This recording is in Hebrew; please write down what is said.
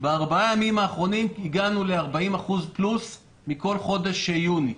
בארבעה הימים האחרונים הגענו ל-40% פלוס מכל חודש יוני.